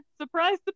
surprise